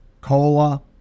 COLA